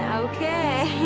ah okay